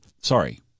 sorry